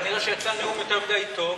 כנראה יצא נאום יותר מדי טוב,